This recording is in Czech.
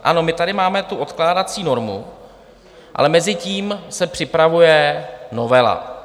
Ano, my tady máme odkládací normu, ale mezitím se připravuje novela.